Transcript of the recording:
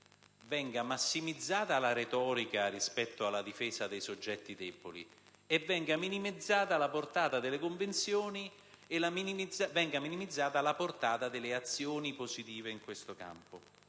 venga massimizzata la retorica rispetto alla difesa dei soggetti deboli e minimizzata la portata delle Convenzioni e delle azioni positive in questo campo.